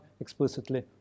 explicitly